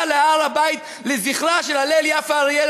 להר-הבית לזכרה של הלל יפה אריאל,